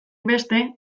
beste